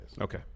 Okay